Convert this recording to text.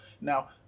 Now